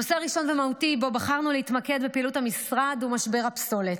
נושא ראשון ומהותי שבו בחרנו להתמקד בפעילות המשרד הוא משבר הפסולת.